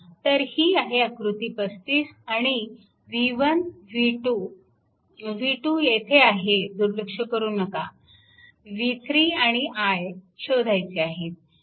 तर ही आहे आकृती 35 आणि v1 v2 v2 येथे आहे दुर्लक्ष करू नका v3 आणि I शोधायचे आहेत